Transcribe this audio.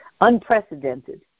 unprecedented